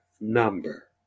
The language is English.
number